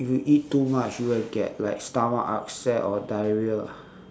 if you eat too much you will get like stomach upset or diarrhoea ah